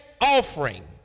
offering